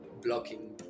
blocking